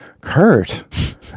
Kurt